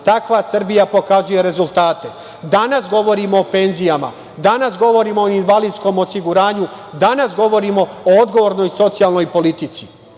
Takva Srbija pokazuje rezultate. Danas govorimo o penzijama, danas govorimo o invalidskom osiguranju, danas govorimo o odgovornoj socijalnoj politici.